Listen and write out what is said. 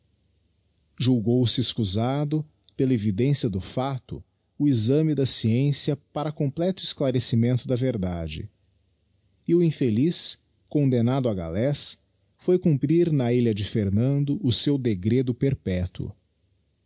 julgou-se escusado pela evidencia do facto o exame da sciencia para completo esclarecimento da verdade e o infeliz condemnado a galés foi cumprir na ilha de fernando o seu degredo perpetuo